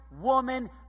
woman